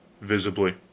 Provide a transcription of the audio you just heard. visibly